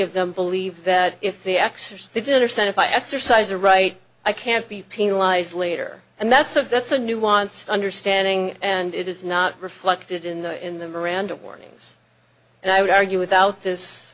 of them believe that if they exercise they did or said if i exercise a right i can't be penalized later and that's a that's a nuanced understanding and it is not reflected in the in the miranda warnings and i would argue without this